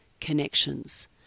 connections